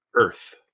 Earth